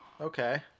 Okay